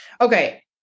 Okay